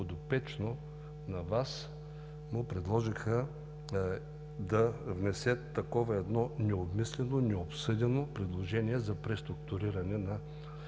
подопечно на Вас, му предложиха да внесе такова необмислено, необсъдено предложение за преструктуриране на